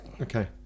Okay